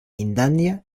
tailandia